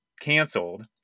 canceled